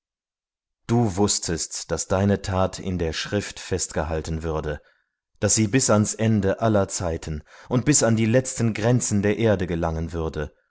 du wußtest wohl daß dein sieg in den büchern der menschen aufbewahrt werden und bis ans ende der zeiten und bis an die letzten grenzen der erde gelangen würde